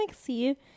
see